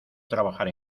trabajar